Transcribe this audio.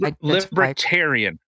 libertarian